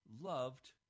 loved